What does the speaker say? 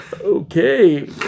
Okay